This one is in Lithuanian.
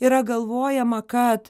yra galvojama kad